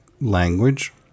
language